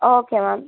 okay ma'am